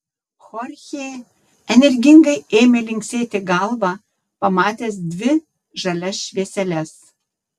chorchė energingai ėmė linksėti galva pamatęs dvi žalias švieseles